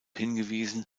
hingewiesen